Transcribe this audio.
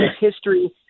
history